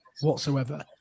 whatsoever